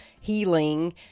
healing